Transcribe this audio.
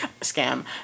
scam